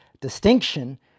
distinction